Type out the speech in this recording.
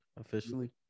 officially